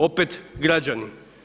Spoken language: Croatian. Opet građani.